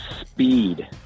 speed